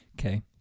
Okay